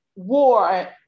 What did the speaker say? war